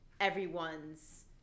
everyone's